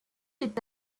est